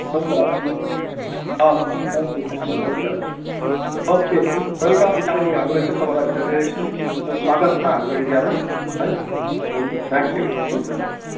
हुन्छ हवस् हवस् थ्याङ्क यू थ्याङ्क यू हुन्छ ओके वेलकम तपाईँ आउनु भएको रहेछ तपाईँलाई धेरै धेरै उम् एकदम स्वागत छ हाम्रो एरियामा है हुन्छ थ्याङ्क यू हुन्छ